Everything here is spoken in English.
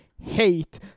hate